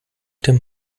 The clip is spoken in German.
dem